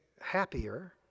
happier